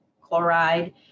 chloride